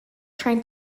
trying